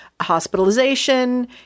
hospitalization